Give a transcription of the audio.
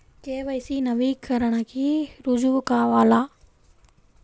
KYC నవీకరణకి రుజువు కావాలా?